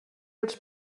els